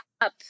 up